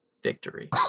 Victory